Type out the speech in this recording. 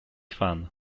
fun